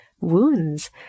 wounds